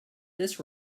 this